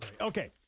Okay